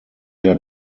der